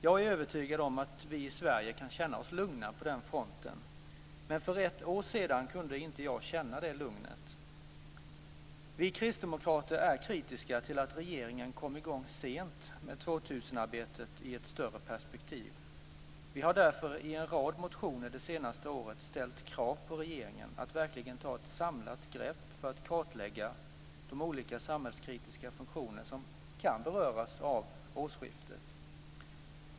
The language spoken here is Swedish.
Jag är övertygad om att vi i Sverige kan känna oss lugna på den fronten, men för ett år sedan kunde inte jag känna det lugnet. Vi kristdemokrater är kritiska till att regeringen kom i gång sent med 2000-arbetet i ett större perspektiv. Vi har därför i en rad motioner det senaste året ställt krav på regeringen att verkligen ta ett samlat grepp för att kartlägga de olika samhällskritiska funktioner som kan beröras av årsskiftet.